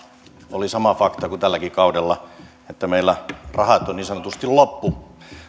oli sama fakta kuin tälläkin kaudella meillä rahat ovat niin sanotusti loppu